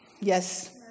yes